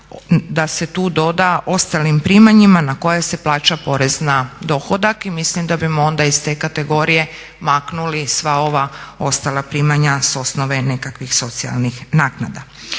da se tu doda ostalim primanjima na koja se plaća porez na dohodak i mislim da bimo onda iz te kategorije maknuli sva ova ostala primanja s osnove nekakvih socijalnih naknada.